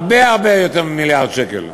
הרבה הרבה יותר ממיליארד שקל.